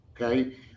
Okay